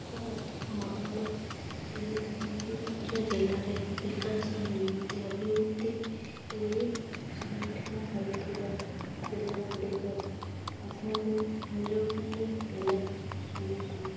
ଅର୍ଥନୈତିକ ମଧ୍ୟରେ ଏ ମୟୁରଭଞ୍ଜ ଜିଲ୍ଲାରେ ବିକାଶ ନିମନ୍ତେ ଅଭିବୃଦ୍ଧି ସମ୍ମୁଖୀନ ହେଉଥିବା ଜିଲ୍ଲା ଗୁଡ଼ିକ ମଧ୍ୟରୁ ମୟୁରଭଞ୍ଜ ଜିଲ୍ଲା ଅନ୍ୟତମ